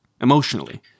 emotionally